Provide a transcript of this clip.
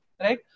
right